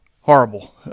horrible